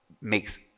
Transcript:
makes